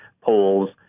polls